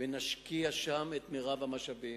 ונשקיע שם את מירב המשאבים.